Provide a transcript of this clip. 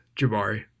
Jabari